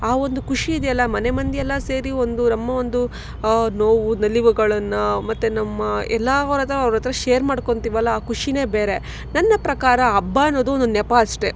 ಆ ಒಂದು ಖುಷಿ ಇದೆಯಲ್ಲ ಮನೆ ಮಂದಿಯೆಲ್ಲ ಸೇರಿ ಒಂದು ನಮ್ಮ ಒಂದು ನೋವು ನಲಿವುಗಳನ್ನು ಮತ್ತು ನಮ್ಮ ಎಲ್ಲ ಹೊರತ ಅವ್ರ ಹತ್ರ ಶೇರ್ ಮಾಡ್ಕೊತಿವಲ್ಲ ಆ ಖುಷಿನೇ ಬೇರೆ ನನ್ನ ಪ್ರಕಾರ ಹಬ್ಬ ಅನ್ನೋದು ಒಂದು ನೆಪ ಅಷ್ಟೆ